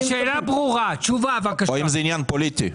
או האם זה עניין פוליטי.